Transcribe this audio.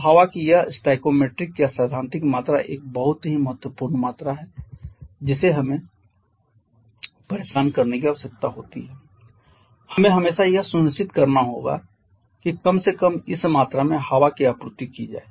तो हवा की यह स्टोइकोमेट्रिक या सैद्धांतिक मात्रा एक बहुत ही महत्वपूर्ण मात्रा है जिसे हमें हमेशा परेशान करने की आवश्यकता होती है हमें हमेशा यह सुनिश्चित करना होगा कि कम से कम इस मात्रा में हवा की आपूर्ति की जाए